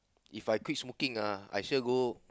If I quit smoking ah I sure go